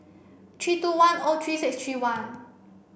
three two one O three six three one